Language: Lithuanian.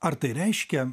ar tai reiškia